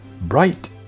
bright